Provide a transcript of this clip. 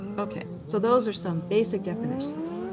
ok, so those are some basic definitions.